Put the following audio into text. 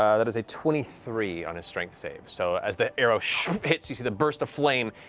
yeah that is a twenty three on his strength save, so as the arrow hits, you see the burst of flame.